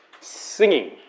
Singing